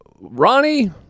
Ronnie